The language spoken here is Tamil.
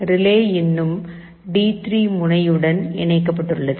ரிலே இன்னும் டி3 முனை உடன் இணைக்கப்பட்டுள்ளது